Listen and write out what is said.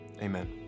amen